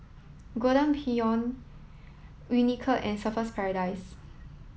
Golden Peony Unicurd and Surfer's Paradise